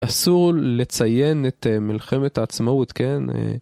אסור לציין את מלחמת העצמאות, כן?